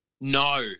No